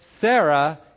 Sarah